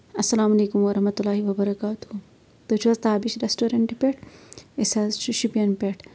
السلام علیکم ورحمتہ اللہ وبرکاتہ تُہۍ چھِو حظ تابِش ریسٹورنٛٹ پٮ۪ٹھ أسۍ حظ چھِ شُپین پٮ۪ٹھ